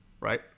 right